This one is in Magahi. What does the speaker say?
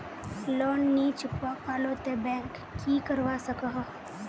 लोन नी चुकवा पालो ते बैंक की करवा सकोहो?